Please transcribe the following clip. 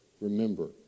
Remember